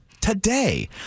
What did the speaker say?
today